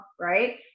right